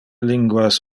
linguas